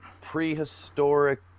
prehistoric